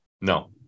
No